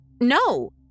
no